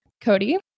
Cody